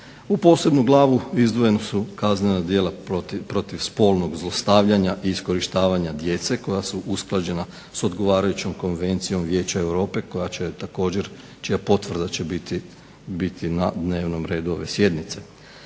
U posebnu glavu izdvojeni su kaznena djela protiv spolnog zlostavljanja i iskorištavanja djece koja su usklađena s odgovarajućom Konvencijom Vijeća Europe koja će također, čija potvrda će biti na dnevnom redu ove sjednice.